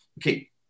okay